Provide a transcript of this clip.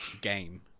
game